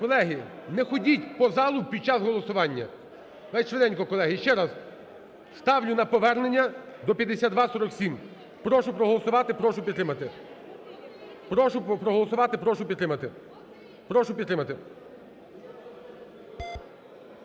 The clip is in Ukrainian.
Колеги, не ходіть по залу під час голосування. Давайте швиденько, колеги, ще раз, ставлю на повернення до 5247. Прошу проголосувати, прошу підтримати. Прошу проголосувати, прошу підтримати, прошу підтримати!